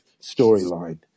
storyline